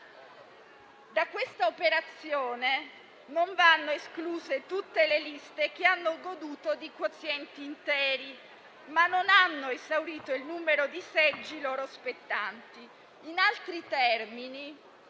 Da questa operazione non vanno escluse tutte le liste che hanno goduto di quozienti interi, ma non hanno esaurito il numero di seggi loro spettanti. In altri termini,